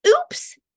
Oops